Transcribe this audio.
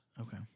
Okay